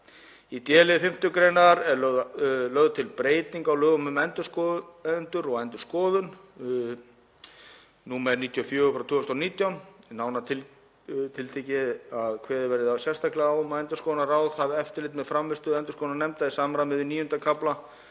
Í d-lið 5. gr. er lögð til breyting á lögum um endurskoðendur og endurskoðun, nr. 94/2019, nánar tiltekið að kveðið verði sérstaklega á um að endurskoðendaráð hafi eftirlit með frammistöðu endurskoðunarnefnda í samræmi við IX. kafla